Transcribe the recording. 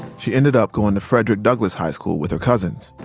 she ended up going to frederick douglass high school with her cousins.